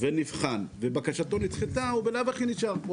ונבחן ובקשתו נדחה הוא בלאו העי נשאר כאן,